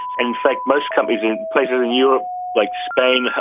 and in fact most companies in places in europe like spain,